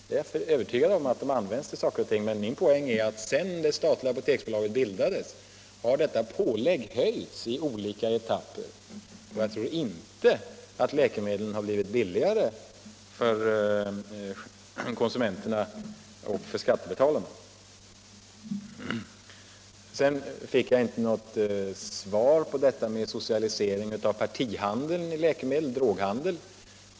Jag är övertygad om att pengarna används till saker och ting, men poängen i mitt resonemang är: Sedan det statliga Apoteksbolaget bildades har detta pålägg höjts i olika etapper, och jag tror inte att läkemedlen har blivit billigare för konsumenterna och för skattebetalarna. Vidare fick jag inte något svar på frågan om socialisering av partihandel med läkemedel, dvs. droghandeln.